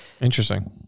interesting